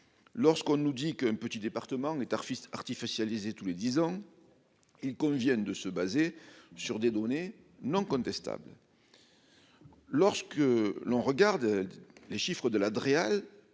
Lorsqu'on nous dit que un petit département est harpiste, artificialiser tous les 10 ans. Ils conviennent de se baser sur des données non contestable. Lorsque l'on regarde les chiffres de la Dreal